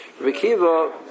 Rekiva